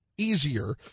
easier